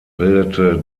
bildete